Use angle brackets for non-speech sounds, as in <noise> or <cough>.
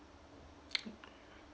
<noise>